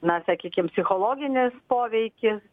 na sakykim psichologinis poveikis